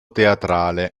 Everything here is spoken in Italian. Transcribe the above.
teatrale